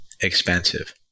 expensive